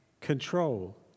control